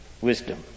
wisdom